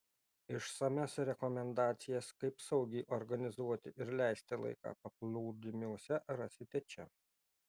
išsamias rekomendacijas kaip saugiai organizuoti ir leisti laiką paplūdimiuose rasite čia